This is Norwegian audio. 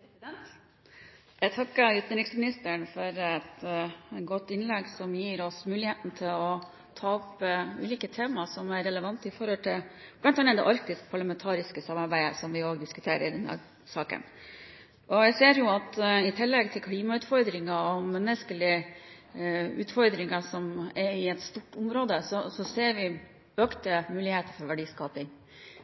til bl.a. det arktisk–parlamentariske samarbeidet, som vi også diskuterer i denne saken. Vi ser – i tillegg til klimautfordringer og menneskelige utfordringer som finnes i et stort område – økte muligheter for verdiskaping.